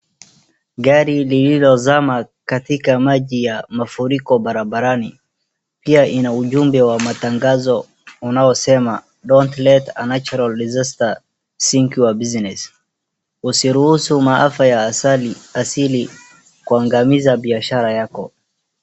Gari lililozama katika maji ya mafuriko barabarani, pia ina ujumbe wa matangazo unaosema, don't let a natural disaster sink your business , usiruhusu maafa ya asili kuangamiza biashara yako.